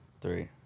Three